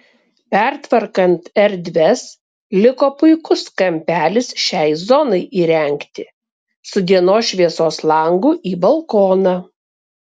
pertvarkant erdves liko puikus kampelis šiai zonai įrengti su dienos šviesos langu į balkoną